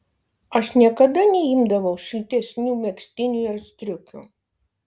aš niekada neimdavau šiltesnių megztinių ar striukių